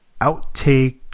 Outtake